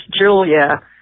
Julia